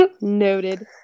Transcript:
Noted